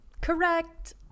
Correct